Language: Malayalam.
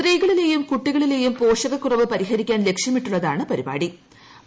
സ്ത്രീകളിലെയും കുട്ടികളിലെയും പോഷകകുറവ് പരിഹരിക്കാൻ ലക്ഷ്യമിട്ടുള്ളതാണ് പദ്ധതി